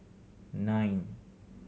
nine